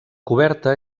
coberta